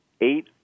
eight